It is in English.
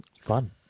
Fun